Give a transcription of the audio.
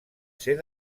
ser